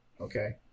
Okay